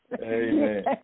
Amen